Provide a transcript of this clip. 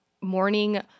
morning